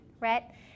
right